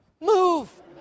move